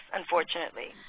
unfortunately